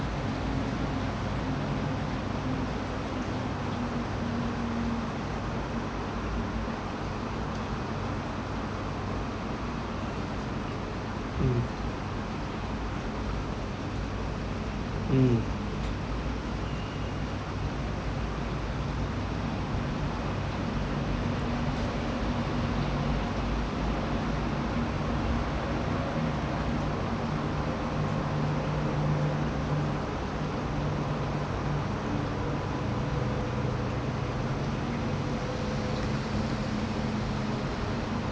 mm mm